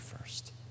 first